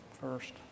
first